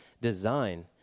design